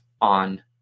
on